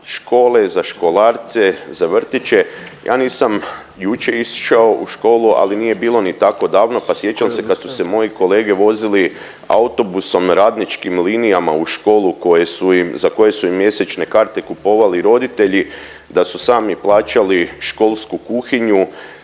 škole, za školarce, za vrtiće. Ja nisam jučer išao u školu ali nije bilo ni tako davno pa sjećam se kad su se moji kolege vozili autobusom radničkim linijama u školu koje su im, za koje su im mjesečne karte kupovali roditelji, da su sami plaćali školsku kuhinju,